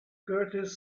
curtis